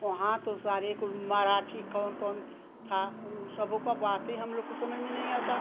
वहाँ तो सारे कुल मराठी कौन कौन था उन सबकी बात ही हमलोग की समझ में नहीं आती